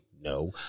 No